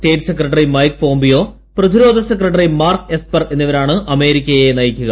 state secretary Mike Pompeo പ്രതിരോധ secretary Mark Esper എന്നിവരാണ് അമേരിക്കയെ നയിക്കുക